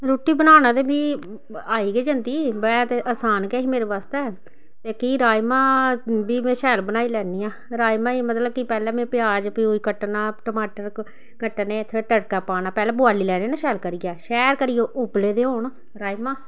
रुट्टी बनाना ते मी आई गै जंदी है ते असान गै ही मेरे आस्ते इक ही राजमाह् बी में शैल बनाई लैन्नी आं राजमाह् गी में मतलब कि पैह्ले में प्याज प्यूज कट्टना टमाटर कट्टने फिर तड़का पाना पैह्ले बुआली लैन्ने ना शैल करियै शैल करियै उब्बले दे होन राजमाह्